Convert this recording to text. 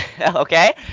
Okay